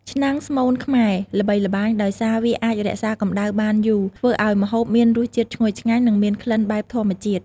ឆ្នាំងស្មូនខ្មែរ ល្បីល្បាញដោយសារវាអាចរក្សាកម្ដៅបានយូរ ធ្វើឲ្យម្ហូបមានរសជាតិឈ្ងុយឆ្ងាញ់ និងមានក្លិនបែបធម្មជាតិ។